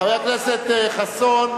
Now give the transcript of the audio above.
חבר הכנסת חסון,